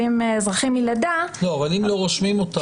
אזרחים מלידה --- אבל אם לא רושמים אותם,